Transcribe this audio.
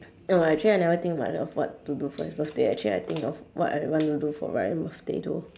no I actually I never think much of what to do for his birthday actually I think of what I want to do for ryan birthday though